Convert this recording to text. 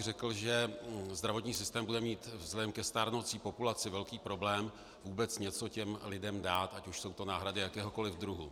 Řekl bych, že zdravotní systém bude mít vzhledem ke stárnoucí populaci velký problém vůbec něco těm lidem dát, ať už jsou to náhrady jakéhokoli druhu.